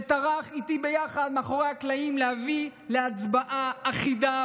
שטרח איתי ביחד מאחורי הקלעים להביא להצבעה אחידה,